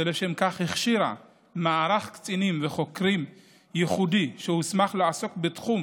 ולשם כך הכשירה מערך קצינים וחוקרים ייחודי שהוסמך לעסוק בתחום